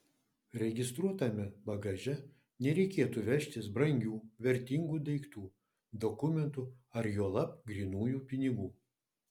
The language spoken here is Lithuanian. registruotame bagaže nereikėtų vežtis brangių vertingų daiktų dokumentų ar juolab grynųjų pinigų